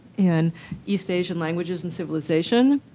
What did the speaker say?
in east asian languages and civilization.